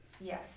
Yes